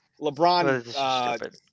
LeBron